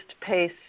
pace